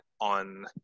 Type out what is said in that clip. on